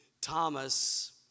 Thomas